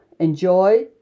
enjoy